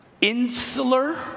insular